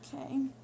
Okay